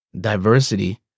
diversity